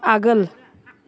आगोल